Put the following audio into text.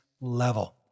level